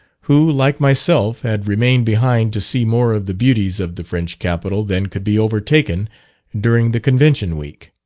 who, like myself had remained behind to see more of the beauties of the french capital than could be overtaken during the convention week.